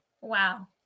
wow